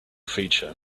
feature